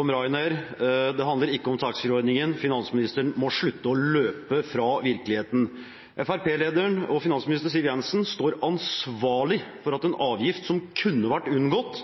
om Ryanair, og det handler ikke om taxfree-ordningen. Finansministeren må slutte å løpe fra virkeligheten. Fremskrittsparti-leder og finansminister Siv Jensen står ansvarlig for at en avgift som kunne vært unngått,